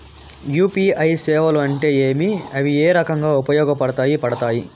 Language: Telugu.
యు.పి.ఐ సేవలు అంటే ఏమి, అవి ఏ రకంగా ఉపయోగపడతాయి పడతాయి?